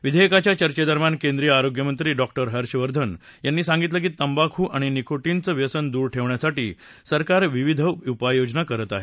विधेयकाच्या चर्चेदरम्यान केंद्रीय आरोग्यमंत्री डॉक्टर हर्षवर्धन यांनी सांगितलं की तंबाखू आणि निकोटीनचं व्यसन दूर ठेवण्यासाठी सरकार विविध उपाययोजना करत आहे